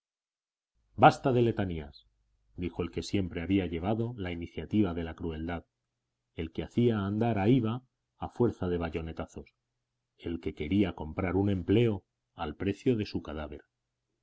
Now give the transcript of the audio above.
basta de letanías dijo el que siempre había llevado la iniciativa de la crueldad el que hacía andar a iwa a fuerza de bayonetazos el que quería comprar un empleo al precio de su cadáver